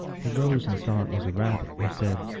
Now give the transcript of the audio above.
he rose and saw it was a rabbit, who said,